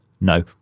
No